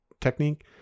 technique